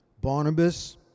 Barnabas